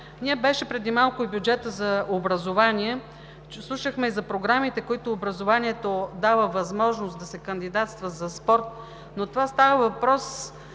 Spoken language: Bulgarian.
деца. Преди малко беше и бюджетът за образование – слушахме за програмите, които образованието дава възможност да се кандидатства за спорт, но тук става въпрос